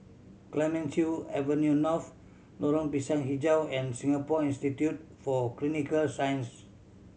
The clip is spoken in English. Clemenceau Avenue North Lorong Pisang Hijau and Singapore Institute for Clinical Science